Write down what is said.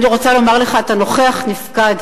ואני רוצה לומר לך: אתה נוכח נפקד.